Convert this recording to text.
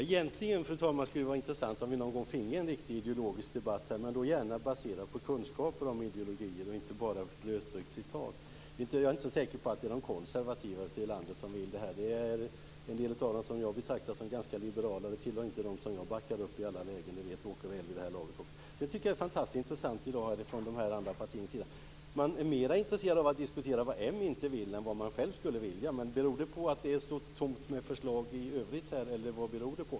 Fru talman! Egentligen skulle det vara intressant om vi någon gång finge en riktig ideologisk debatt, men då gärna baserad på kunskaper om ideologi och inte bara lösryckta citat. Jag är inte säker på att det är de konservativa i landet som vill detta. Jag betraktar en del av dem som liberala, och de hör inte till dem som jag backar upp i alla lägen. Det vet Åke Gustavsson vid det här laget. Det är fantastiskt intressant med vad som sägs från de andra partiernas sida. Man är mer intresserad av att diskutera vad m inte vill än vad man själv skulle vilja. Beror det på att det är så tomt med förslag i övrigt eller vad?